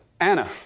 Anna